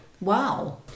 wow